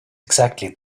exactly